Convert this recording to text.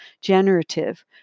generative